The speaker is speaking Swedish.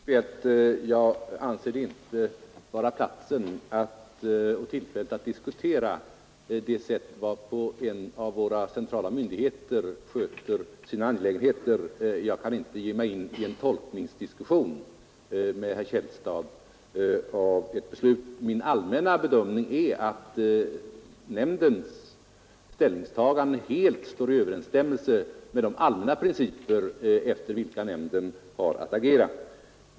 Herr talman! Först vill jag rent principiellt säga att jag inte anser att detta är platsen och tillfället att diskutera det sätt varpå en av våra centrala myndigheter sköter sina angelägenheter. Jag kan inte ge mig in i en diskussion med herr Källstad om tolkningen av ett beslut. Min allmänna bedömning är att nämndens olika ställningstaganden helt står i överensstämmelse med de allmänna principer efter vilka nämnden har att agera.